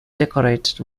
decorated